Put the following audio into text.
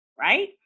right